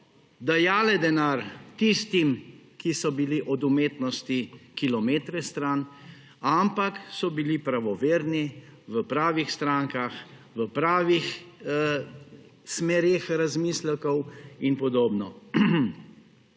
dajali denar tistim, ki so bili od umetnosti kilometre stran, ampak so bili pravoverni, v pravih strankah, v pravih smereh razmislekov in podobno.